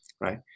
right